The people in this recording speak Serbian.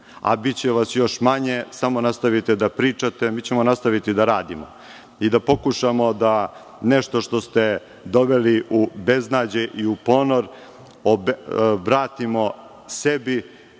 A biće vas još manje, samo nastavite da pričate a mi ćemo nastaviti da radimo i da pokušamo da nešto što ste doveli u beznađe i u ponor vratimo sebi,